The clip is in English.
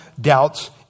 doubts